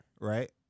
Right